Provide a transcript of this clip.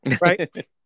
right